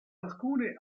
alcuni